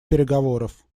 переговоров